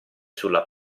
sulla